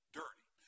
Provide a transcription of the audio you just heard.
dirty